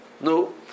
no